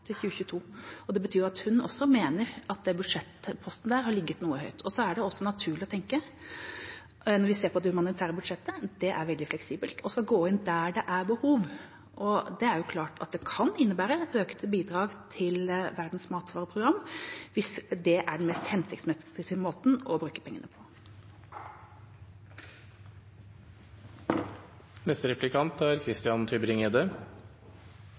til 2022. Det betyr at også hun mener at den budsjettposten har ligget noe høyt. Det er også naturlig å tenke, når vi ser på det humanitære budsjettet, at det er veldig fleksibelt – og så gå inn der det er behov. Det er klart at det kan innebære økte bidrag til Verdens matvareprogram hvis det er den mest hensiktsmessige måten å bruke pengene på. Det er